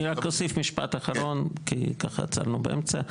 אני רק אוסיף משפט אחרון, כי ככה עצרנו באמצע.